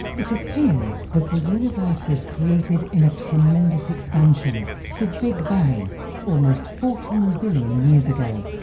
it appears that the universe was created in a tremendous expansion the big bang almost fourteen billion years ago.